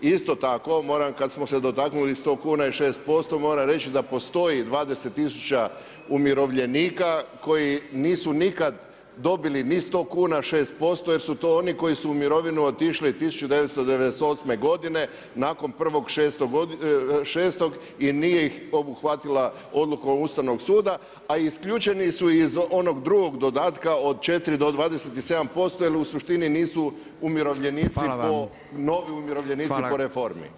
Isto tako, moram kad smo se dotaknuli 100 kuna i 6%, moram reći da postoji 20 tisuća umirovljenika koji nisu nikad dobili ni 10 kuna, 6% jer su to oni koji su u mirovinu otišli 1998. godine, nakon 01.06. i nije ih obuhvatila odluka Ustavnog suda, a isključeni su iz onog drugog dodatka od 4 do 27% jer u suštini nisu novi umirovljenici po reformi.